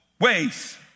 ways